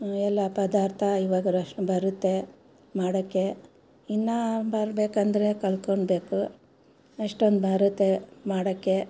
ಎಲ್ಲ ಪದಾರ್ಥ ಇವಾಗಾರು ಅಷ್ಟು ಬರುತ್ತೆ ಮಾಡಕ್ಕೆ ಇನ್ನು ಬರಬೇಕಂದ್ರೆ ಕಲಿತ್ಕೊನ್ಬೇಕು ಅಷ್ಟೊಂದು ಬರುತ್ತೆ ಮಾಡಕ್ಕೆ